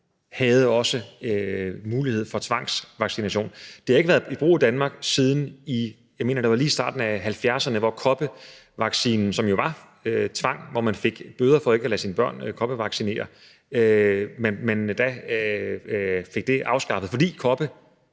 havde mulighed for tvangsvaccination. Det har ikke været i brug i Danmark siden, jeg mener det var lige i starten af 1970'erne, hvor koppevaccinen, som jo var tvungen, hvor man fik bøder for ikke at lade sine børn koppevaccinere, blev afskaffet, fordi kopper